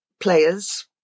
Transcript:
players